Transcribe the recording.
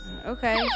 Okay